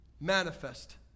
Manifest